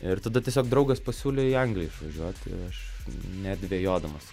ir tada tiesiog draugas pasiūlė į angliją išvažiuoti aš nedvejodamas